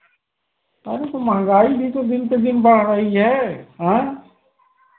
अरे तो महँगाई भी तो दिन पर दिन बढ़ रही है हैं